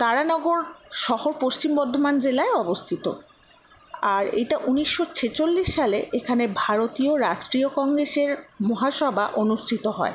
তারানগর শহর পশ্চিম বর্ধমান জেলায় অবস্থিত আর এইটা উনিশশো ছেচল্লিশ সালে এখানে ভারতীয় রাষ্ট্রীয় কংগ্রেসের মহাসভা অনুষ্ঠিত হয়